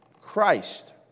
Christ